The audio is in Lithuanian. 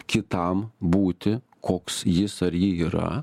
kitam būti koks jis ar ji yra